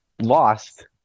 lost